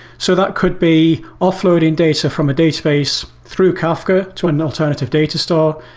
so that could be offloading data from a database through kafka to an alternative data store.